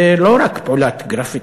זה לא רק פעולת גרפיטי.